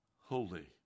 holy